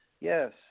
Yes